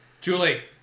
Julie